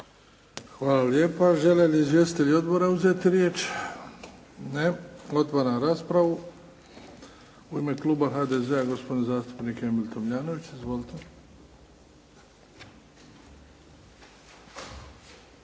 Hvala lijepa. Žele li izvjestitelji odbora uzeti riječ? Ne. Otvaram raspravu. U ime kluba HDZ-a, gospodin zastupnik Emil Tomljanović. Izvolite.